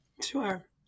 Sure